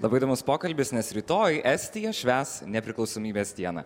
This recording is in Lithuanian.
labai įdomus pokalbis nes rytoj estija švęs nepriklausomybės dieną